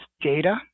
data